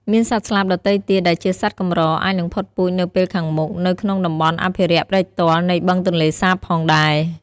មានសត្វស្លាបដទៃទៀតដែលជាសត្វកម្រអាចនឹងផុតពូជនៅពេលខាងមុខនៅក្នុងតំបន់អភិរក្សព្រែកទាល់នៃបឹងទន្លេសាបផងដែរ។